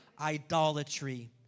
idolatry